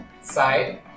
side